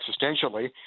existentially